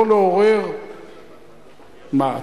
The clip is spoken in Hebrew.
לא לעורר מה,